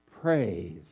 praise